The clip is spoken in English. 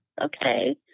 okay